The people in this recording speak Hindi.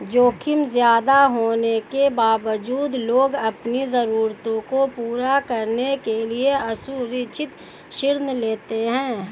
जोखिम ज्यादा होने के बावजूद लोग अपनी जरूरतों को पूरा करने के लिए असुरक्षित ऋण लेते हैं